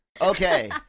Okay